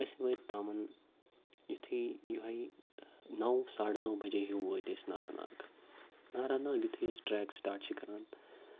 أسۍ وٲتۍ تَمَن یُتھُے یۄہَے نَو ساڑٕ نَو بَجے ہیوٗ وٲتۍ أسۍ نارا ناگ نارا ناگ یُتھُے أسۍ ٹرٛیک سٹاٹ چھِ کَران